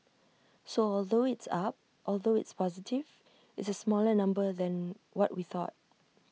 so although it's up although it's positive it's A smaller number than what we thought